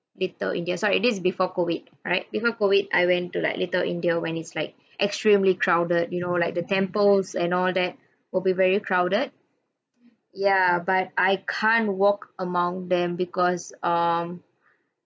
little india sorry this is before COVID right before COVID I went to like little india when it's like extremely crowded you know like the temples and all that will be very crowded ya but I can't walk among them because um